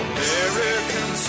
American